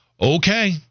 okay